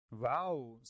Wow